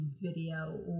video